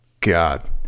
God